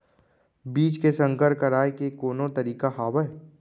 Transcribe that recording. बीज के संकर कराय के कोनो तरीका हावय?